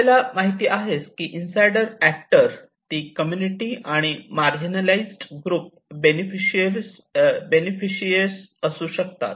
आपल्याला माहिती आहेच की इन साईडर ऍक्टर ती कम्युनिटी आणि मार्गीनालिज्ड ग्रुप बेनेफिसिरियस असू शकतात